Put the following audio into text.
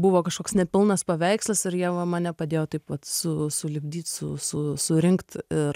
buvo kažkoks nepilnas paveikslas ir ieva mane padėjo taip pat su sulipdyt su su surinkt ir